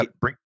Bring